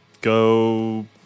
go